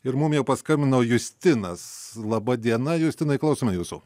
ir mum jau paskambino justinas laba diena justinai klausome jūsų